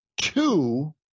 two